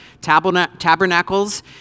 tabernacles